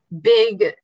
big